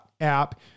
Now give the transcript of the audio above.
app